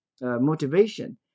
Motivation